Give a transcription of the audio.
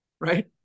Right